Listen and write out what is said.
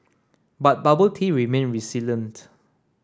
but bubble tea remained resilient